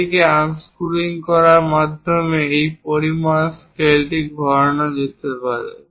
এটিকে আনস্ক্রুয়িং করার মাধ্যমে এই পরিমাপ স্কেলটি ঘোরানো যেতে পারে